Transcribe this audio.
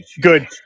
good